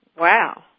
Wow